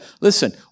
listen